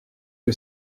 que